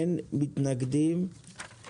אין מתנגדים ואין נמנעים.